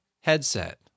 headset